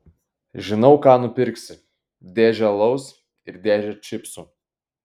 žinau ką nupirksi dėžę alaus ir dėžę čipsų